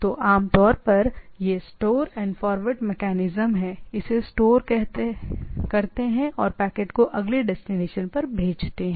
तो आम तौर पर यह है कि स्टोर और फॉरवर्ड मैकेनिज्म इसे प्राप्त करते हैं इसे स्टोर करते हैं और पैकेट को अगले डेस्टिनेशन पर भेजते हैं